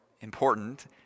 important